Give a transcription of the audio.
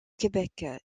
québec